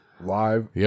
live